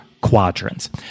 quadrants